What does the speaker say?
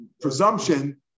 presumption